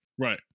Right